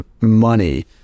money